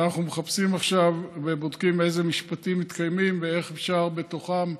ואנחנו מחפשים עכשיו ובודקים אילו משפטים מתקיימים ואיך אפשר בתוכם